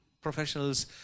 professionals